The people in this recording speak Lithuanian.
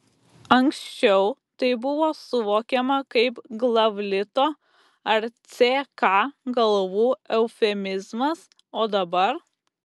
anksčiau tai buvo suvokiama kaip glavlito ar ck galvų eufemizmas o dabar